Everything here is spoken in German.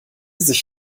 sich